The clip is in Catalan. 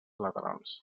laterals